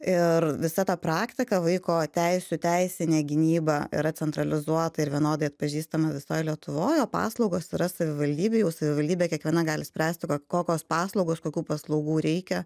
ir visa ta praktika vaiko teisių teisinė gynyba yra centralizuota ir vienodai atpažįstama visoj lietuvoj o paslaugos yra savivaldybėj jau savivaldybė kiekviena gali spręsti ko kokios paslaugos kokių paslaugų reikia